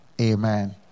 Amen